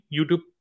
YouTube